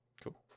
Cool